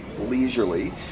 leisurely